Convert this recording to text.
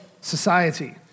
society